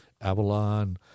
Avalon